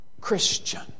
Christian